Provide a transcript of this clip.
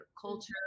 culture